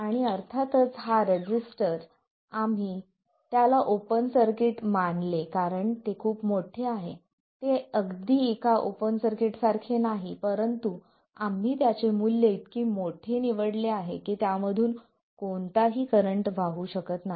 आणि अर्थातच हा रेझिस्टर आम्ही त्याला ओपन सर्किट मानले कारण ते खूप मोठे आहे ते अगदी एका ओपन सर्किट सारखे नाही परंतु आम्ही त्याचे मूल्य इतके मोठे निवडले आहे की त्यामधून कोणताही करंट वाहू शकत नाही